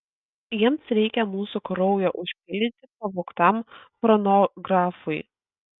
jiems reikia mūsų kraujo užpildyti pavogtam chronografui